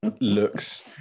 looks